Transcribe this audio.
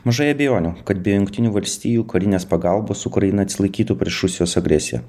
mažai abejonių kad be jungtinių valstijų karinės pagalbos ukraina atsilaikytų prieš rusijos agresiją